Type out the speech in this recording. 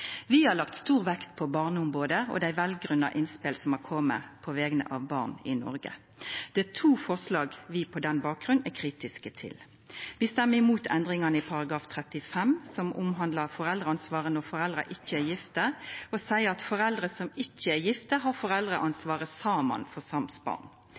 Vi har lagt stor vekt på Barneombodet og dei velgrunna innspela som har kome på vegner av barn i Noreg. Det er to forslag vi på denne bakgrunnen er kritiske til. Vi stemmer mot endringane i § 35, som omhandlar foreldreansvaret når foreldra ikkje er gifte, og som seier: «Foreldre som ikkje er gifte, har foreldreansvaret saman for sams barn.»